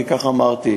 כי כך אמרתי.